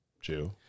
Jew